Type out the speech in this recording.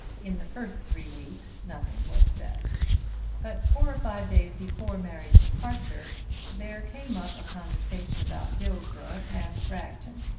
in the first three weeks nothing was said but four or five days before mary's departure there came up a conversation about dillsborough and bragton.